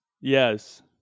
Yes